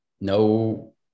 no